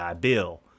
Bill